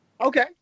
Okay